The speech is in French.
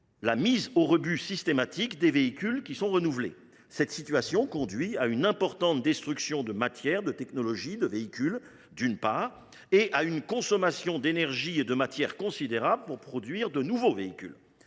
la mise au rebut systématique des véhicules renouvelés. Cette situation conduit, d’une part, à une importante destruction de matières et de véhicules, d’autre part, à une consommation d’énergie et de matières considérables pour produire de nouveaux véhicules.